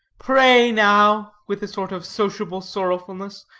pray, now, with a sort of sociable sorrowfulness,